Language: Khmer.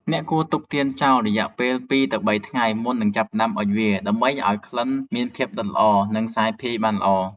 អ្នកគួរទុកទៀនចោលរយៈពេល ២ ទៅ ៣ ថ្ងៃ មុននឹងចាប់ផ្ដើមអុជវា ដើម្បីឱ្យក្លិនមានភាពដិតល្អ និងសាយភាយបានល្អ។